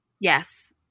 Yes